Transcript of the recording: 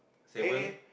seven